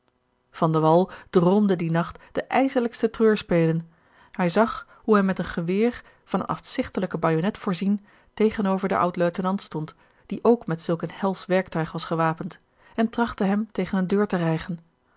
droomde dien nacht de ijselijkste treurspelen hij zag hoe hij met een geweer van een afzigtelijken bajonet voorzien tegenover den oud luitenant stond die ook met zulk een helsch werktuig was gewapend en trachtte hem tegen eene deur te rijgen